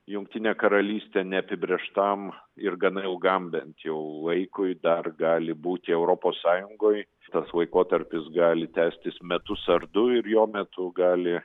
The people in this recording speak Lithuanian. jungtinė karalystė neapibrėžtam ir gana ilgam bent jau laikui dar gali būti europos sąjungoje tas laikotarpis gali tęstis metus ar du ir jo metu gali